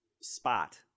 spot